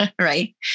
right